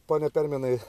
pone permenai